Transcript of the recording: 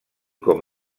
com